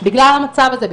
בגלל המצב הזה.